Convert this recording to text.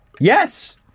Yes